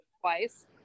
twice